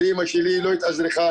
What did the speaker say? אימא שלי לא התאזרחה.